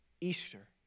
Easter